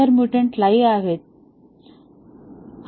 तर mutant live आहेत